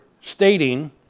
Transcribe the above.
stating